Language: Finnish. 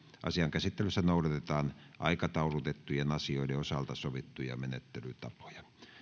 asian käsittelyssä noudatetaan aikataulutettujen asioiden osalta sovittuja menettelytapoja